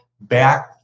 back